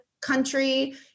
country